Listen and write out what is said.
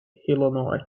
illinois